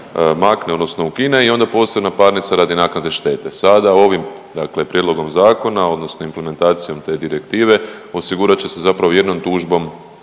ukine, odnosno ukine i onda posebna parnica radi naknade štete. Sada ovim dakle prijedlogom zakona, odnosno implementacijom te direktive osigurat će se zapravo jednom tužbom